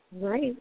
Right